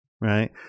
right